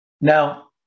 Now